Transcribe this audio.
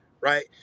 right